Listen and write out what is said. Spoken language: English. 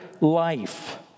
life